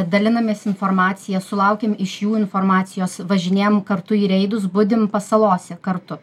dalinamės informacija sulaukiam iš jų informacijos važinėjam kartu į reidus budim pasalose kartu